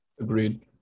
Agreed